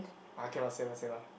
ah can ah same lah same lah